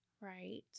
Right